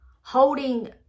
holding